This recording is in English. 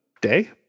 day